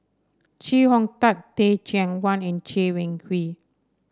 Chee Hong Tat Teh Cheang Wan and Chay Weng Yew